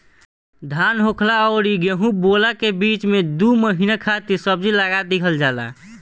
धान होखला अउरी गेंहू बोअला के बीच में दू महिना खातिर सब्जी लगा दिहल जाला